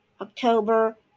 October